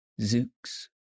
Zooks